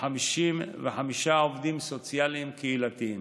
ו-55 עובדים סוציאליים קהילתיים.